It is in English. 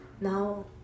Now